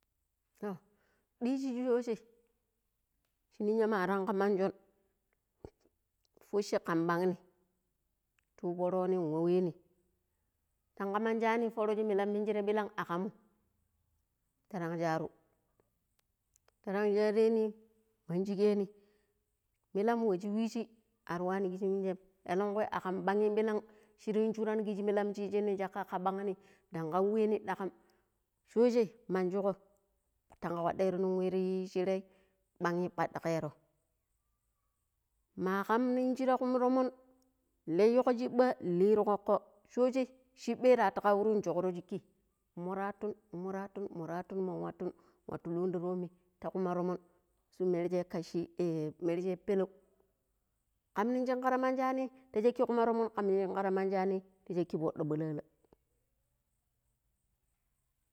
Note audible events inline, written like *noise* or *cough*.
Diiji shi shooje shi ninya ma tanko manshun fushi kan ɓaanni tuyu fooroni wa weni. Tanko man-shaani fooro shi milammingirem akamm taran shaaru taran shaarini man shikeeni. Milam we shi weeji ar wani kirminjem elekui akam ɓam ɓilam shiryin yun shuran kiji milam shi yiji nim shaka ka ɓanni dan kau waani ɗakan shooje manshiko tanko kpadero nin we ti shirai ɓaanyi kpadikero. Ma kamni shira kuma toom layiko shiɓɓa li ti kokko, shooje shiɓɓi taatu kauru nshooro shikki mo raatun mo raatun mon wattu mon wattu wattun luuna ta toomi ta kuma toomoni shi mirijii *hesitation* mirijii peleu kam nin shinkkar manjani ti shakki kuma toom kam shinkkar manjami ti shakki paɗɗo ɓalalə